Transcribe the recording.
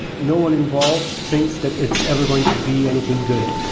no one involved thinks that it's ever going to be anything good.